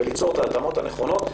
וליצור את ההתאמות הנכונות.